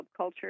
subculture